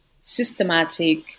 systematic